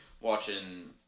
watching –